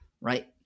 right